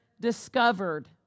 discovered